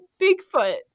Bigfoot